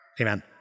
Amen